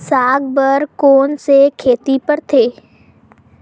साग बर कोन से खेती परथे?